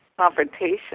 confrontation